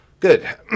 Good